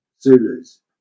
Zulus